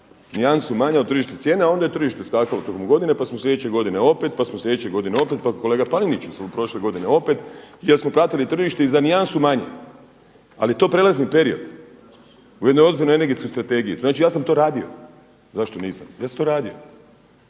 Nijansu manja od tržišne cijene, a onda je tržište skakalo tokom godine, pa smo sljedeće godine opet, pa smo sljedeće godine opet. Pa kolegi Paneniću smo prošle godine opet jer smo platili tržište za nijansu manje, ali to je prijelazni period u jednoj ozbiljnoj Energetskoj strategiji. Znači ja sam to radio. Zašto nisam? Ja sam to radio.